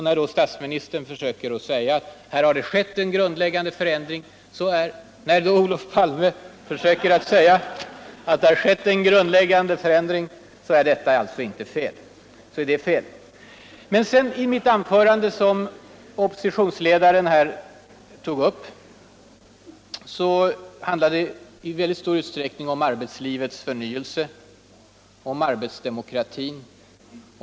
När därför herr Palme försöker säga att här har skett en grundläggande föriändring, så är det fel. Mitt anförande, som oppositionsledaren vägrade att ta upp, handlar 1 mycket stor utsträckning om arbetslivets förnyelse, om arbetsdemokratin.